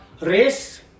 race